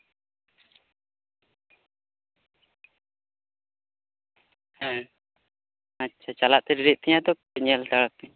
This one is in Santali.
ᱦᱮᱸ ᱟᱪᱪᱷᱟ ᱪᱟᱞᱟᱜ ᱛᱮ ᱰᱮᱨᱤᱜ ᱛᱤᱧᱟᱹ ᱛᱚ ᱠᱟᱹᱴᱤᱡ ᱧᱮᱞ ᱦᱟᱛᱟᱲᱮᱯᱮ